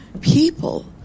people